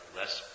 less